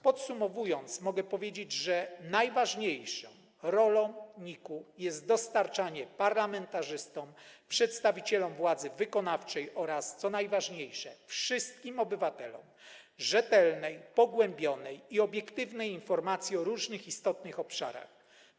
Podsumowując, mogę powiedzieć, że najważniejszą rolą NIK-u jest dostarczanie parlamentarzystom, przedstawicielom władzy wykonawczej oraz - co najważniejsze - wszystkim obywatelom rzetelnej, pogłębionej i obiektywnej informacji o różnych istotnych obszarach.